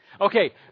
Okay